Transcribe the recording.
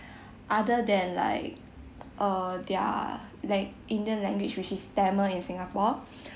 other than like uh their like indian language which is tamil in singapore